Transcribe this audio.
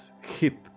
hip